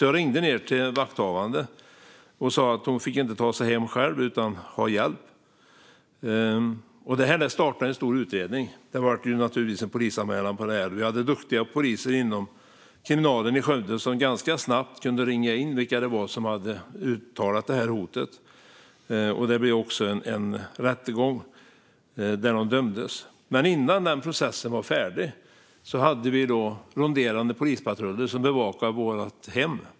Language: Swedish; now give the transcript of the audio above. Jag ringde till vakthavande och sa att hon inte fick ta sig hem själv utan måste få hjälp. Det här startade en stor utredning. Det blev naturligtvis en polisanmälan. Vi hade duktiga poliser inom kriminalen i Skövde som snabbt kunde ringa in vilka som hade uttalat hotet, och det blev också en rättegång där de dömdes. Men innan processen var färdig bevakade ronderande polispatruller vårt hem.